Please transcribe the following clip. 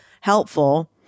helpful